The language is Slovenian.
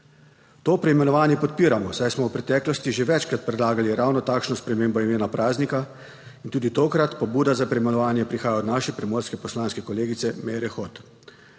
To preimenovanje podpiramo, saj smo v preteklosti že večkrat predlagali ravno takšno spremembo imena praznika in tudi tokrat pobuda za preimenovanje prihaja od naše primorske poslanske kolegice Meire Hot.